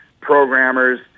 programmers